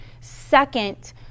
second